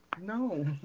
No